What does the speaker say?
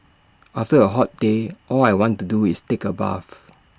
after A hot day all I want to do is take A bath